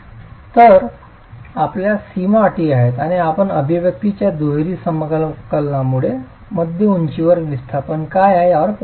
तर आपल्यास सीमा अटी आहेत आणि आपण अभिव्यक्तीच्या दुहेरी समाकलनाद्वारे मध्य उंचीवर विस्थापन काय आहे यावर पोहोचू शकता